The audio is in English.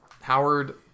Howard